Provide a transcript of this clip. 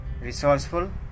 resourceful